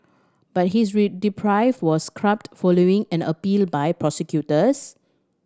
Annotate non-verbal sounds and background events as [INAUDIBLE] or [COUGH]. but his [UNINTELLIGIBLE] was scrubbed following and appeal by prosecutors